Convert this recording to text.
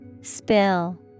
Spill